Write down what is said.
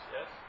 yes